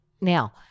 Now